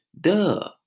Duh